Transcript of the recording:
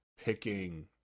picking